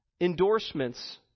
endorsements